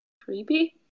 Creepy